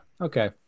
okay